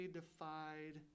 defied